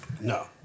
No